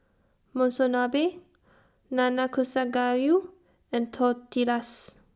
Monsunabe Nanakusa Gayu and Tortillas